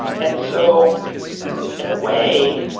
and so in a way,